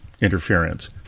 interference